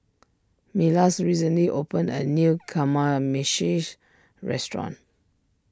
Milas recently opened a new Kamameshi restaurant